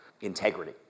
integrity